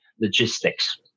logistics